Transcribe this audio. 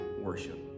worship